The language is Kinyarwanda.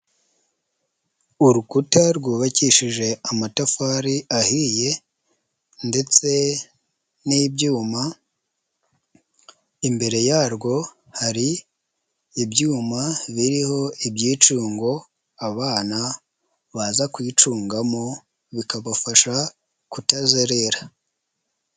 Urukuta rwubakishije amatafari ahiye ndetse n'ibyuma, imbere yarwo hari ibyuma biriho ibyicungo abana baza kwicungamo bikagufasha kutazerera.